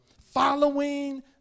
following